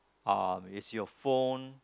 um is your phone